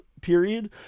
period